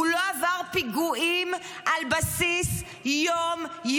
הוא לא עבר פיגועים על בסיס יום-יומי.